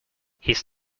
his